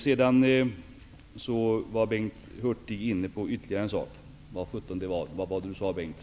Sedan var Bengt Hurtig inne på ytterligare en sak, som jag får återkomma till i en eventuell senare replik.